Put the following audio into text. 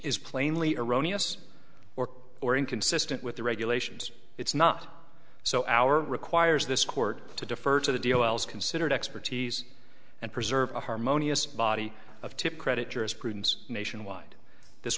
is plainly erroneous or or inconsistent with the regulations it's not so our requires this court to defer to the deal's considered expertise and preserve a harmonious body of tip credit jurisprudence nationwide this